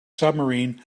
submarine